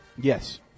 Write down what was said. Yes